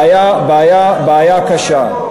בעיה קשה.